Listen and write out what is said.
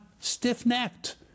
stiff-necked